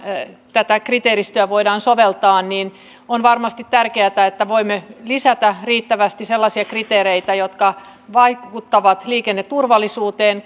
tätä kriteeristöä voidaan soveltaa on varmasti tärkeätä että voimme lisätä riittävästi sellaisia kriteereitä jotka vaikuttavat liikenneturvallisuuteen